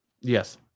yes